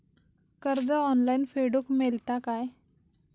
कर्ज ऑनलाइन फेडूक मेलता काय?